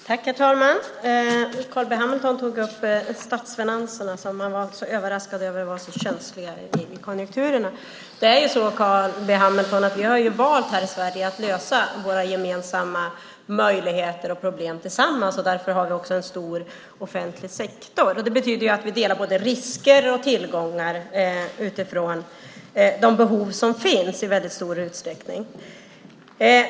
Herr talman! Carl B Hamilton var överraskad över att statsfinanserna var så känsliga för konjunkturerna. Vi har ju valt här i Sverige att lösa våra gemensamma problem tillsammans, Carl B Hamilton, och därför har vi också en stor offentlig sektor. Det betyder att vi delar både risker och tillgångar utifrån de behov som finns i väldigt stor utsträckning.